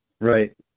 Right